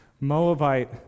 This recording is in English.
Moabite